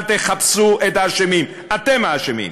אל תחפשו את האשמים, אתם האשמים.